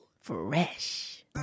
Fresh